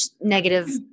negative